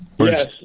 Yes